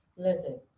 Listen